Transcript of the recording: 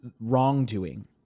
wrongdoing